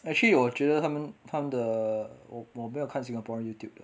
actually 我觉得他们他们的我我没有看 singaporean youtube 的